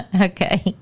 Okay